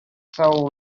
soul